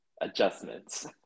adjustments